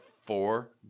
four